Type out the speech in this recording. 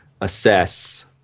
assess